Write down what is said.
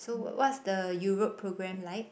so wha~ what's the Europe program like